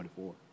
24